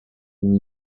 been